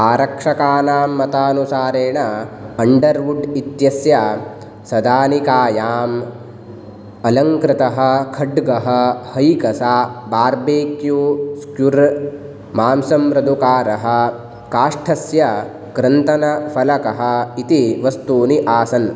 आरक्षकानां मतानुसारेण अण्डर्वुड् इत्यस्य सदानिकायाम् अलङ्कृतः खड्गः हैकसा बार्बेक्यू स्क्युर् मांसमृदुकारः काष्ठस्य क्रन्तनफलकः इति वस्तूनि आसन्